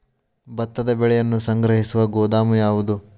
ಭತ್ತದ ಬೆಳೆಯನ್ನು ಸಂಗ್ರಹಿಸುವ ಗೋದಾಮು ಯಾವದು?